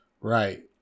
Right